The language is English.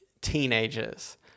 teenagers